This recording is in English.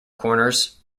corners